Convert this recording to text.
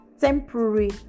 temporary